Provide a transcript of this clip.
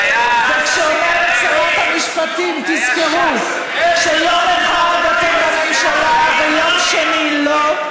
וכשאומרת שרת המשפטים: תזכרו שיום אחד אתם בממשלה ויום שני לא,